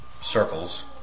circles